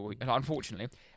unfortunately